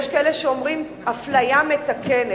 יש כאלה שאומרים "אפליה מתקנת".